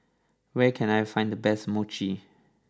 where can I find the best Mochi